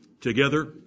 Together